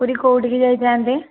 ପୁରୀ କେଉଁଠିକି ଯାଇଥାନ୍ତେ